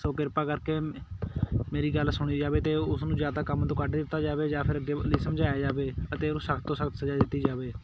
ਸੋ ਕਿਰਪਾ ਕਰਕੇ ਮੇਰੀ ਗੱਲ ਸੁਣੀ ਜਾਵੇ ਅਤੇ ਉਸ ਨੂੰ ਜਾਂ ਤਾਂ ਕੰਮ ਤੋਂ ਕੱਢ ਦਿੱਤਾ ਜਾਵੇ ਜਾਂ ਫਿਰ ਅੱਗੇ ਲਈ ਸਮਝਾਇਆ ਜਾਵੇ ਅਤੇ ਉਹਨੂੰ ਸਖ਼ਤ ਤੋਂ ਸਖ਼ਤ ਸਜ਼ਾ ਦਿੱਤੀ ਜਾਵੇ